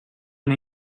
una